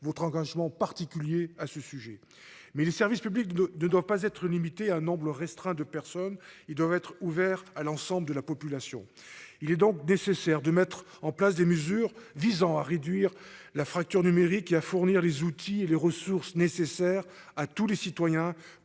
votre engagement particulier à ce sujet. Mais le service public ne ne doivent pas être limité à un nombre restreint de personnes ils doivent être ouvert à l'ensemble de la population. Il est donc nécessaire de mettre en place des mesures visant à réduire la fracture numérique il à fournir les outils les ressources nécessaires à tous les citoyens